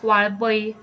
Valpoi